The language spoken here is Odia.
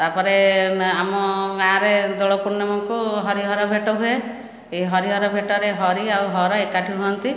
ତା'ପରେ ଆମ ଗାଁରେ ଦୋଳ ପୂର୍ଣ୍ଣମୀକୁ ହରିହର ଭେଟ ହୁଏ ଏଇ ହରିହର ଭେଟରେ ହରି ଆଉ ହର ଏକାଠି ହୁଅନ୍ତି